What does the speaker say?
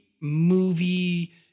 movie